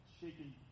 shaking